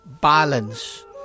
balance